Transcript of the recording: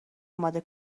اماده